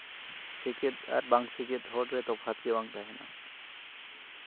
ᱥᱮᱪᱮᱫ ᱟᱨ ᱵᱟᱝ ᱥᱮᱪᱮᱫ ᱦᱚᱲᱨᱮ ᱛᱚᱯᱷᱟᱛ ᱜᱮ ᱵᱟᱝ ᱛᱟᱦᱮᱸᱱᱟ